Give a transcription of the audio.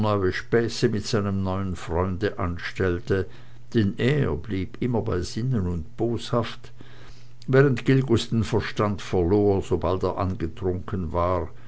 späße mit seinem freunde anstellte denn er blieb immer bei sinnen und boshaft während gilgus den verstand verlor sobald er angetrunken war